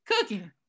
cooking